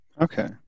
Okay